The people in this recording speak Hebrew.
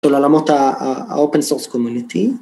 ‫של עולמות האופן סורס קומיוניטי.